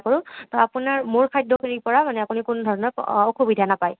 কৰোঁ আপোনাৰ মোৰ খাদ্যখিনিৰ পৰা আপুনি মানে কোনো ধৰণৰ অসুবিধা নাপায়